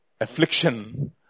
affliction